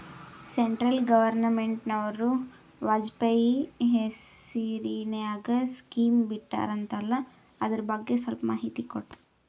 Central ಗವರ್ನಮೆಂಟನವರು ವಾಜಪೇಯಿ ಹೇಸಿರಿನಾಗ್ಯಾ scheme ಬಿಟ್ಟಾರಂತಲ್ಲ ಅದರ ಬಗ್ಗೆ ಸ್ವಲ್ಪ ಮಾಹಿತಿ ಕೊಡ್ರಿ?